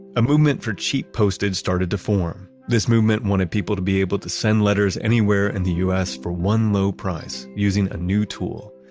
a movement for cheap postage started to form. this movement wanted people to be able to send letters anywhere in the us for one low price using a new tool,